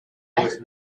better